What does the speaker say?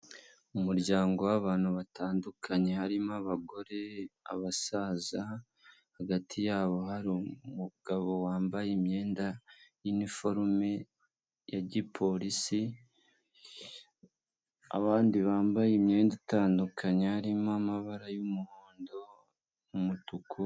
Umuryango w'abantu batandukanye, harimo abagore, abasaza, hagati yabo hari umugabo wambaye imyenda yiniforume ya gipolisi abandi bambaye imyenda itandukanye harimo amabara y'umuhondo umutuku.